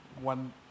one